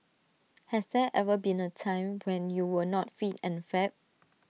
has there ever been A time when you were not fit and fab